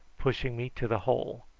pushing me to the hole.